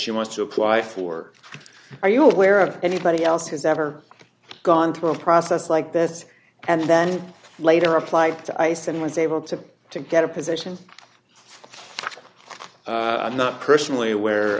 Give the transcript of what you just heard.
she wants to apply for are you aware of anybody else has ever gone through a process like this and then later applied to ice and was able to to get a position i'm not personally aware